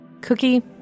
Cookie